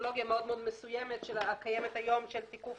לטכנולוגיה מסוימת מאוד הקיימת היום של תיקוף